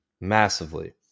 massively